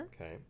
Okay